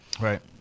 right